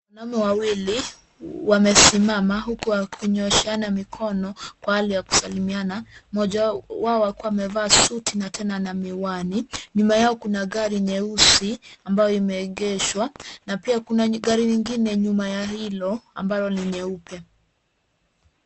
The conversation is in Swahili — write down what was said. Wanaume wawili wamesimama huku wakinyooshana mikono kwa hali ya kusalimiana. Mmoja wao amevaa suti na tena ana miwani ambayo kuna gari nyeusi ambayo imeegeshwa na pia kuna gari lingine nyuma ya hilo ambayo ni nyeupe.